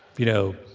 you know,